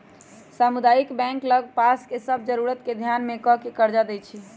सामुदायिक बैंक लग पास के सभ जरूरत के ध्यान में ध कऽ कर्जा देएइ छइ